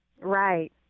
Right